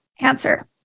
answer